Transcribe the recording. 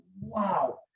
wow